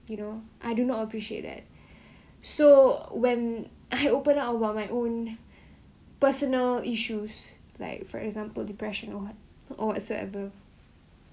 you know I do not appreciate that so when I open up while my own personal issues like for example depression or what or whatsoever